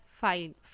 fine